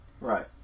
Right